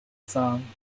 song